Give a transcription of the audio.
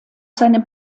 seinem